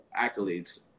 accolades